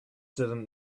didn’t